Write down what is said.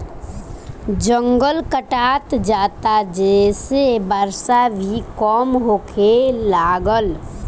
जंगल कटात जाता जेसे बरखा भी कम होखे लागल